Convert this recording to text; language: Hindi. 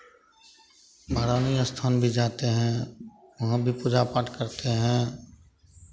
महारानी स्थान भी जाते हैं वहाँ भी पूजा पाठ करते हैं